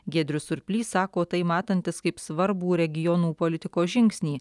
giedrius surplys sako tai matantis kaip svarbų regionų politikos žingsnį